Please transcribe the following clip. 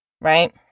right